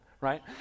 Right